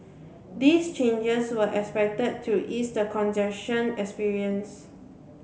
these changes were expected to ease the congestion experienced